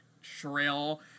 shrill